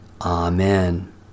Amen